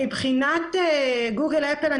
מבחינת גוגל ואפל,